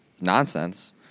nonsense